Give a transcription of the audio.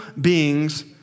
beings